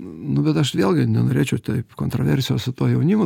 nu bet aš vėlgi nenorėčiau taip kontroversijos su tuo jaunimu